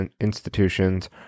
institutions